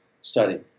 study